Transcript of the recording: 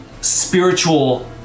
spiritual